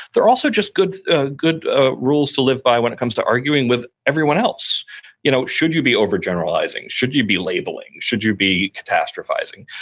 they're also just good ah good ah rules to live by when it comes to arguing with everyone else you know should you be overgeneralizing, should you be labeling, should you be catastrophizing,